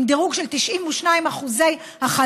עם דירוג של 92% הכלה.